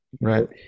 right